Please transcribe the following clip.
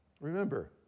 Remember